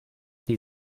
die